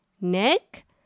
neck